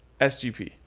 SGP